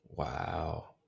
Wow